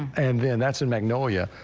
and and that's a magnolia.